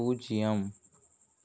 பூஜ்ஜியம்